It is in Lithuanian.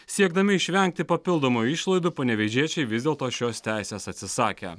siekdami išvengti papildomų išlaidų panevėžiečiai vis dėlto šios teisės atsisakė